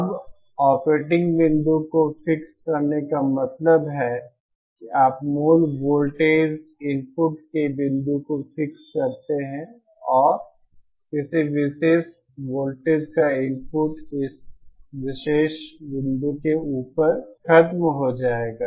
अब ऑपरेटिंग बिंदु को फिक्स करने का मतलब है कि आप मूल वोल्टेज इनपुट के बिंदु फिक्स करते हैं और किसी विशेष वोल्टेज का इनपुट इस विशेष बिंदु के ऊपर खत्म हो जाएगा